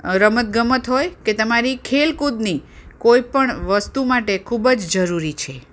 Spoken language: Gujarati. રમત ગમત હોય કે તમારી ખેલકૂદની કોઈપણ વસ્તુ માટે ખૂબ જ જરૂરી છે